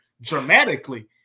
dramatically